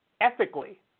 ethically